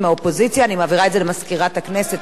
אני מעבירה את זה למזכירת הכנסת שתאשר.